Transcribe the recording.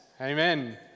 amen